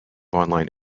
online